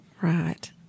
right